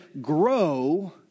grow